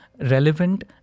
relevant